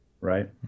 Right